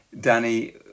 Danny